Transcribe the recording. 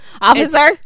Officer